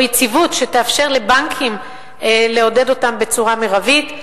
או יציבות שתאפשר לבנקים לעודד אותם בצורה מרבית,